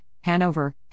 Hanover